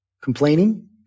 complaining